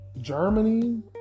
Germany